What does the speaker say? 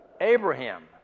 Abraham